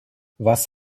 was